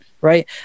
Right